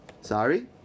sorry